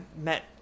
met